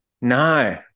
No